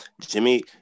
Jimmy